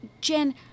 Jen